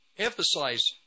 emphasize